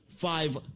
five